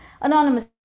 Anonymous